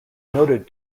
noted